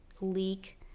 leak